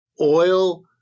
oil